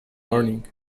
morning